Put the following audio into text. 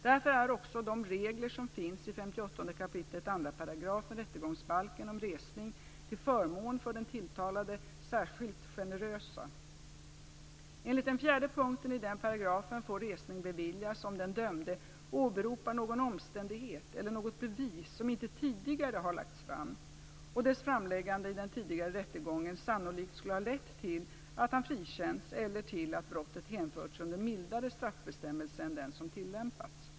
Därför är också de regler som finns i 58 kap. 2 § rättegångsbalken om resning till förmån för den tilltalade särskilt generösa. Enligt den fjärde punkten i den paragrafen får resning beviljas, om den dömde åberopar någon omständighet eller något bevis som inte tidigare har lagts fram och dess framläggande i den tidigare rättegången sannolikt skulle ha lett till att han frikänts eller till att brottet hänförts under mildare straffbestämmelse än den som tillämpats.